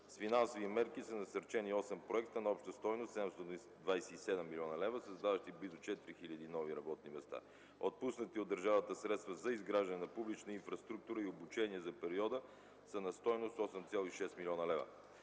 С финансови мерки са насърчени 8 проекта на обща стойност 727 млн. лв., създаващи близо 4 хиляди нови работни места. Отпуснатите от държавата средства за изграждане на публична инфраструктура и за обучение през периода са на стойност 8,6 млн. лв.